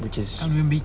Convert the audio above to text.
which is